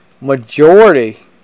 majority